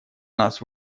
нас